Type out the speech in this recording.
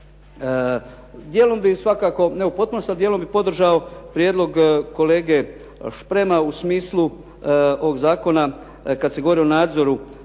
Djelom bi svakako, ne u potpunosti ali djelom bih podržao prijedlog kolege Šprema u smislu ovog zakona kad se govori o nadzoru